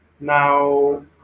Now